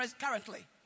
currently